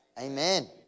Amen